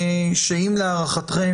שאם להערכתם,